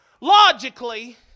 logically